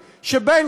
שנייה.